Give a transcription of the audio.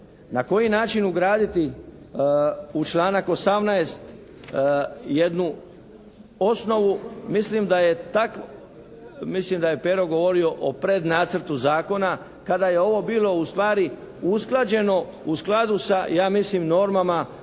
na koji način ugraditi u članak 18. jednu osnovu mislim da je takvo. Mislim da je Pero govorio o prednacrtu zakona kada je ovo bilo ustvari usklađeno u skladu sa ja mislim normama